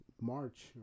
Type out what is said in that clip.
March